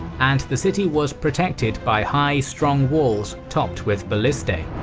and the city was protected by high, strong walls, topped with ballistae.